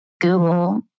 Google